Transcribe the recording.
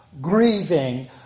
grieving